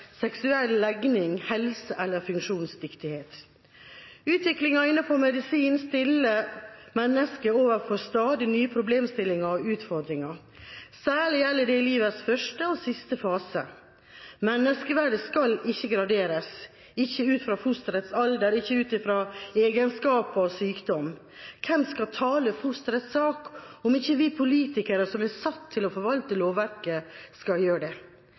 seksuell legning, helse eller funksjonsdyktighet. Utviklingen innenfor medisin stiller mennesket overfor stadig nye problemstillinger og utfordringer, særlig gjelder det i livets første og siste fase. Menneskeverdet skal ikke graderes – ikke ut fra fosterets alder, ikke ut fra egenskaper og sykdom. Hvem skal tale fosterets sak om ikke vi politikere, som er satt til å forvalte lovverket, skal gjøre det?